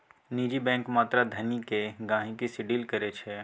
निजी बैंक मात्र धनिक गहिंकी सँ डील करै छै